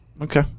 Okay